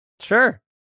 Sure